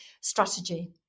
strategy